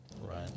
Right